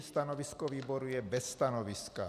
Stanovisko výboru je bez stanoviska.